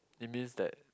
it means that